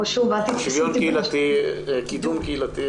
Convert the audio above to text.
המשרד לקידום קהילתי.